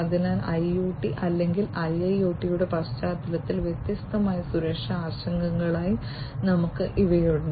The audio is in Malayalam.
അതിനാൽ IoT അല്ലെങ്കിൽ IIoT യുടെ പശ്ചാത്തലത്തിൽ വ്യത്യസ്തമായ സുരക്ഷാ ആശങ്കകളായി ഞങ്ങൾക്ക് ഇവയുണ്ട്